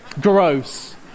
gross